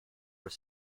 were